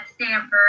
Stanford